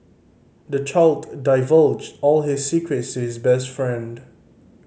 the child divulged all his secrets to his best friend